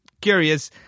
curious